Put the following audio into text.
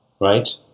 right